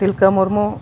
Tilka Murmu